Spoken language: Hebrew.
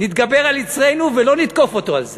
נתגבר על יצרנו ולא נתקוף אותו על זה.